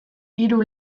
hiru